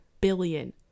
billion